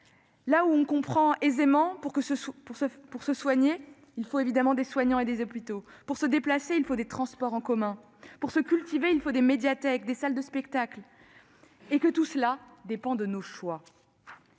là où l'on comprend aisément que pour se soigner il faut des soignants et des hôpitaux, que pour se déplacer il faut des transports en commun, que pour se cultiver il faut des médiathèques, des salles de spectacle, et que tout cela dépend de nos choix.